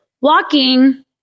walking